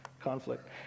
conflict